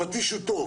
הפטיש הוא טוב,